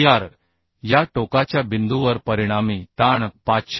Pr या टोकाच्या बिंदूवर परिणामी ताण 539